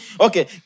Okay